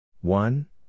One